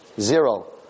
Zero